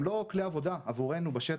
הם לא כלי עבודה עבורנו בשטח.